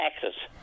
taxes